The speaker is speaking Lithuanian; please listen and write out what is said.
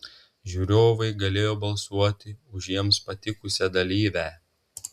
žiūrovai galėjo balsuoti už jiems patikusią dalyvę